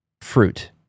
fruit